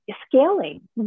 scaling